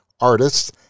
artists